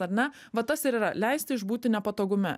ar ne va tas ir yra leisti išbūti nepatogume